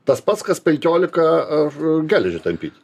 tas pats kas penkiolika ar geležį tampyt